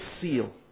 seal